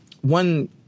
one